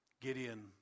Gideon